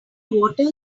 water